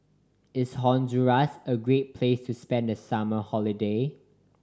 is Honduras a great place to spend the summer holiday